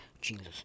Jesus